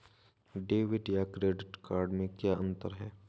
Debit या credit card में क्या अन्तर है?